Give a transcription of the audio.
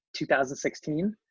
2016